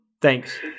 Thanks